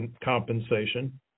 compensation